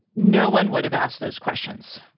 no one would have asked those questions.